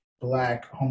Black